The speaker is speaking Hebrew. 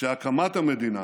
שהקמת המדינה